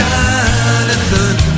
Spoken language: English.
Jonathan